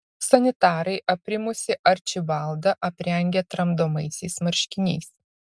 sanitarai aprimusį arčibaldą aprengė tramdomaisiais marškiniais